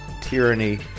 tyranny